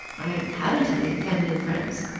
i haven't any feminine friends.